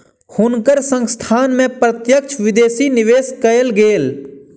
हुनकर संस्थान में प्रत्यक्ष विदेशी निवेश कएल गेल